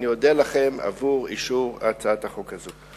אני אודה לכם על אישור הצעת החוק הזאת.